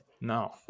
No